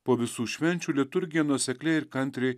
po visų švenčių liturgija nuosekliai ir kantriai